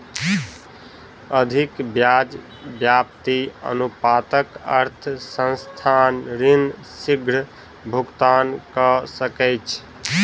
अधिक ब्याज व्याप्ति अनुपातक अर्थ संस्थान ऋण शीग्र भुगतान कय सकैछ